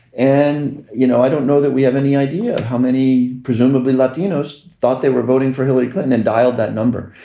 and you know i don't know that we have any idea of how many presumably latinos thought they were voting for hillary clinton and dialed that number.